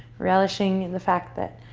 relishing and the fact that